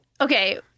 Okay